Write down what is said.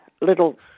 little